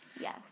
Yes